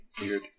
Weird